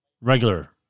regular